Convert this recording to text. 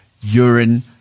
urine